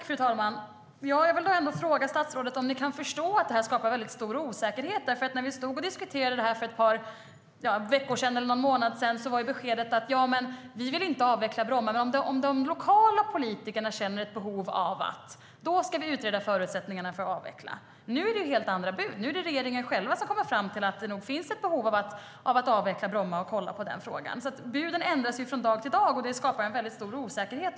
Fru talman! Jag vill fråga statsrådet om ni kan förstå att detta skapar mycket stor osäkerhet. När vi stod och diskuterade detta för några veckor sedan var nämligen beskedet att ni inte ville avveckla Bromma men att om de lokala politikerna känner ett behov av det skulle ni utreda förutsättningarna för att avveckla. Buden ändras alltså från dag till dag, och det skapar en stor osäkerhet.